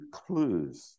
clues